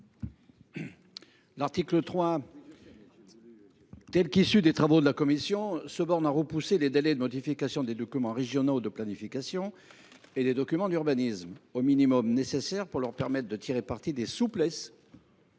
L’article 3, dans la rédaction issue des travaux de la commission, vise à repousser les délais de modification des documents régionaux de planification et des documents d’urbanisme au minimum nécessaire, afin qu’il puisse être tiré parti des souplesses